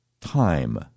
time